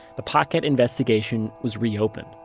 the paquette investigation was reopened.